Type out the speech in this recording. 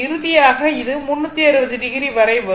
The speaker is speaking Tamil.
இறுதியாக இது 360o வரை வரும்